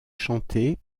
chantée